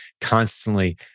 constantly